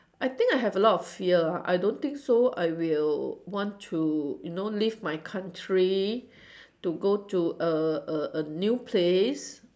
I think I have a lot of fear I don't think so I will want to you know leave my country to go to a a a new place